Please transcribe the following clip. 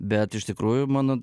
bet iš tikrųjų mano